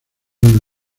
una